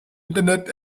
internet